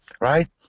right